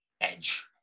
Edge